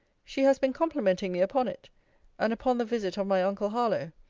she has been complimenting me upon it and upon the visit of my uncle harlowe.